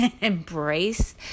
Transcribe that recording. embrace